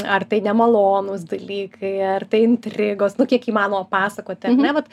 ar tai nemalonūs dalykai ar tai intrigos nu kiek įmanoma pasakoti ar ne vat